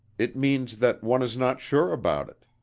it means that one is not sure about it,